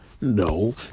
No